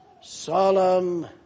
solemn